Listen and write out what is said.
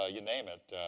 ah you name it.